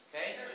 Okay